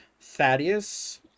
Thaddeus